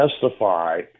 testify